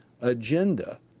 agenda